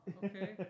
okay